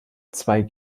zwei